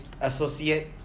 associate